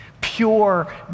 pure